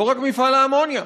לא רק מבפעל האמוניה,